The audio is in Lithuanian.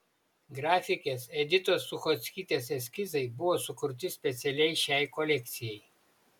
grafikės editos suchockytės eskizai buvo sukurti specialiai šiai kolekcijai